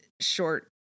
Short